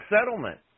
settlement